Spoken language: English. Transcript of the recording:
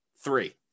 three